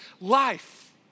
life